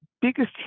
biggest